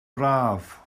braf